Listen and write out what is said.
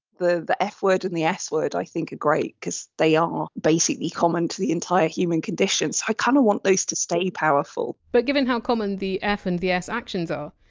the the f word and the s word, i think, are great because they are basically common to the entire human condition, so i kind of want those to stay powerful but given how common the f and the s actions are,